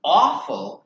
awful